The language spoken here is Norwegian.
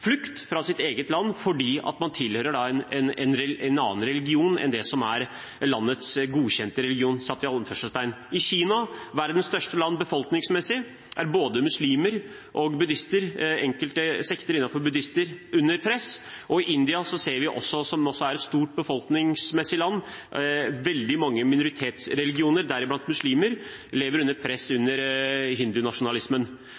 flukt fra sitt eget land fordi de tilhører en annen religion enn det som er landets «godkjente religion». I Kina, verdens største land befolkningsmessig, er både muslimer og buddhister, enkelte sekter innenfor buddhismen, under press. Og i India, som også er et stort land befolkningsmessig, ser vi også veldig mange minoritetsreligioner, deriblant muslimer, som lever under press under hindunasjonalismen.